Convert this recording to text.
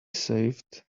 saved